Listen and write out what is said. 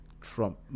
trump